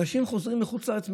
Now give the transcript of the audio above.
אנשים חוזרים מחוץ לארץ,